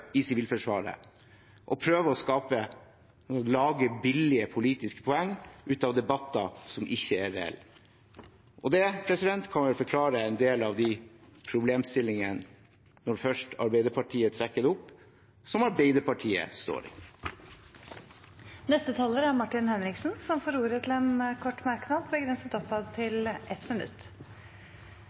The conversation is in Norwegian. i Sivilforsvaret, og prøver å lage billige politiske poeng ut av debatter som ikke er reelle. Det kan vel forklare en del av de problemstillingene som først Arbeiderpartiet trekker opp, og som Arbeiderpartiet står i. Representanten Martin Henriksen har hatt ordet to ganger tidligere og får ordet til en kort merknad, begrenset til 1 minutt.